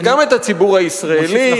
וגם לציבור הישראלי,